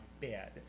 bed